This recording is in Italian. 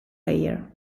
player